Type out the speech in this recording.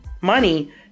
money